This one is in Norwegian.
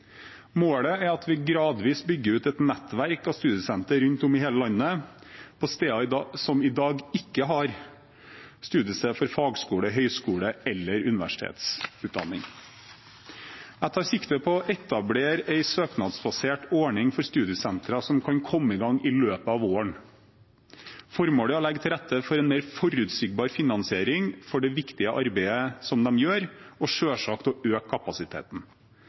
Målet er at vi gradvis bygger ut et nettverk av studiesentre rundt om i hele landet på steder som i dag ikke har studiested for fagskole-, høyskole- eller universitetsutdanning. Jeg tar sikte på å etablere en søknadsbasert ordning for studiesentrene som kan komme i gang i løpet av våren. Formålet er å legge til rette for en mer forutsigbar finansiering for det viktige arbeidet de gjør, og selvsagt å øke kapasiteten.